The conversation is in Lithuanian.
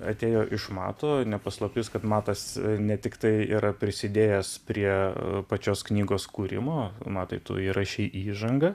atėjo iš mato ne paslaptis kad matas ne tiktai yra prisidėjęs prie pačios knygos kūrimo matai tu įrašei įžangą